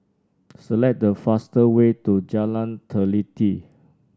select the faster way to Jalan Teliti